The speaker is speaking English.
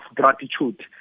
gratitude